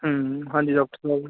ਹਾਂਜੀ doctor sir